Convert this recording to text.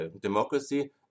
democracy